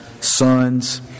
sons